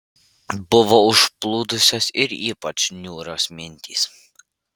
buvo užplūdusios ir ypač niūrios mintys